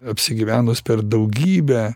apsigyvenus per daugybę